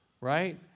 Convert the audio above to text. right